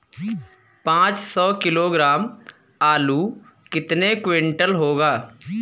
पाँच सौ किलोग्राम आलू कितने क्विंटल होगा?